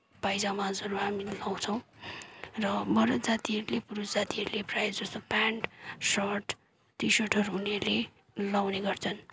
पायजामाजहरू हामीले लगाउँछौँ र मर्द जातिहरूले पुरूष जातिहरूले प्रायः जस्तो पेन्ट सर्ट टि सर्टहरू उनीहरूले लगाउने गर्छन्